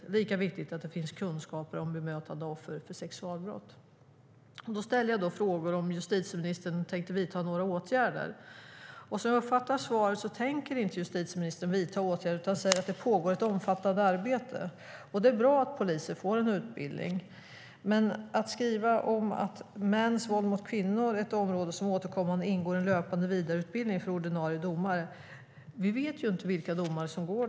Det är lika viktigt att det finns kunskaper om bemötande av offer för sexualbrott. Jag ställer frågor om huruvida justitieministern tänker vidta några åtgärder. Som jag uppfattar svaret tänker justitieministern inte vidta några åtgärder, utan hon säger att det pågår ett omfattande arbete. Det är bra att poliser får en utbildning. Justitieministern skriver att mäns våld mot kvinnor är ett område som återkommande ingår i en löpande vidareutbildning för ordinarie domare. Men vi vet inte vilka domare som deltar.